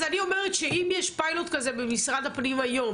אז אני אומרת שאם יש פיילוט כזה במשרד הפנים היום,